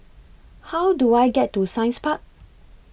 How Do I get to Science Park